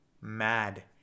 mad